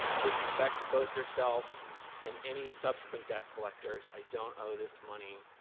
with respect to both yourself and any subsequent debt collectors, i don't owe this money.